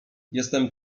jestem